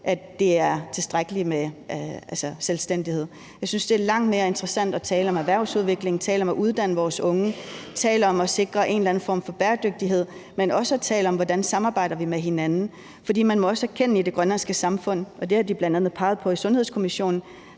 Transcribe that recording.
at det er tilstrækkeligt med selvstændighed. Jeg synes, det er langt mere interessant at tale om erhvervsudvikling, tale om at uddanne vores unge, tale om at sikre en eller anden form for bæredygtighed, men også at tale om, hvordan vi samarbejder med hinanden. For man må også erkende i det grønlandske samfund – og det har de bl.a. peget på i Sundhedskommissionen